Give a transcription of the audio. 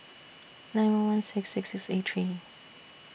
nine one one six six six eight three